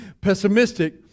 pessimistic